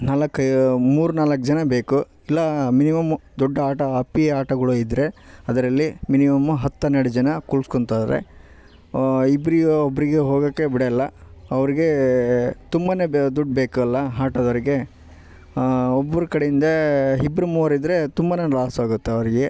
ನಾಲ್ಕು ಮೂರು ನಾಲ್ಕು ಜನ ಬೇಕು ಇಲ್ಲ ಮಿನಿಮಮ್ ದೊಡ್ಡ ಆಟಾ ಅಪ್ಪಿ ಆಟೊಗಳಿದ್ರೆ ಅದರಲ್ಲಿ ಮಿನಿಮಮ್ ಹತ್ತು ಹನ್ನೆರಡು ಜನ ಕೂರ್ಸಿಕೊಳ್ತಾರೆ ಇಬ್ಬರಿಗೆ ಒಬ್ಬರಿಗೆ ಹೋಗೋಕೆ ಬಿಡೋಲ್ಲ ಅವ್ರಿಗೆ ತುಂಬಾ ಬೆ ದುಡ್ಡು ಬೇಕಲ್ಲ ಆಟೋದೊರಿಗೆ ಒಬ್ಬರು ಕಡೆಯಿಂದ ಇಬ್ರು ಮೂವರಿದ್ರೆ ತುಂಬಾ ಲಾಸ್ ಆಗುತ್ತೆ ಅವರಿಗೆ